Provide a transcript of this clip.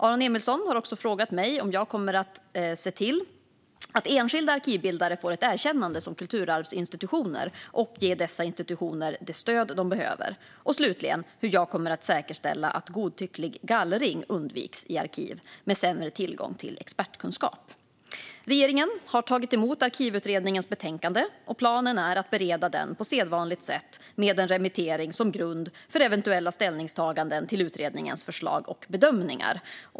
Aron Emilsson har också frågat mig om jag kommer att se till att enskilda arkivbildare får ett erkännande som kulturarvsinstitutioner och ge dessa institutioner det stöd de behöver, och slutligen hur jag kommer att säkerställa att godtycklig gallring undviks i arkiv med sämre tillgång till expertkunskap. Regeringen har tagit emot Arkivutredningens betänkande, och planen är att bereda det på sedvanligt sätt med en remittering som grund för eventuella ställningstaganden till utredningens förslag och bedömningar.